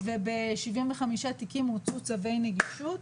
וב-75 תיקים הוצאו צווי נגישות,